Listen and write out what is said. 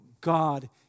God